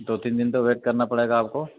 دو تین دِن تو ویٹ کرنا پڑے گا آپ کو